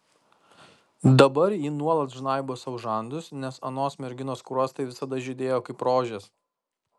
dabar ji nuolat žnaibo sau žandus nes anos merginos skruostai visada žydėjo kaip rožės